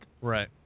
Right